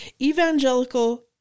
Evangelical